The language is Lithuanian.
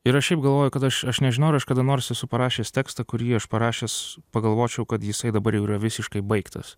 ir aš šiaip galvoju kad aš aš nežinau ar aš kada nors esu parašęs tekstą kurį aš parašęs pagalvočiau kad jisai dabar jau yra visiškai baigtas